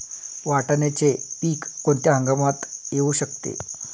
वाटाण्याचे पीक कोणत्या हंगामात येऊ शकते?